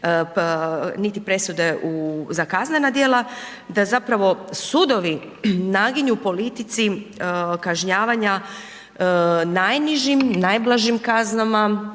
niti presude za kaznena djela, da zapravo sudovi naginju politici kažnjavanja najnižim, najblažim kaznama